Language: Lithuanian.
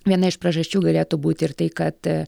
viena iš priežasčių galėtų būti ir tai kad